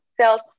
sales